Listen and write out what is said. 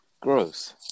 gross